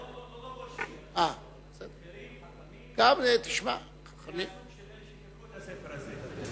בכירים וחכמים מהסוג של אלה שחיברו את הספר הזה.